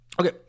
Okay